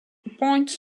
appoints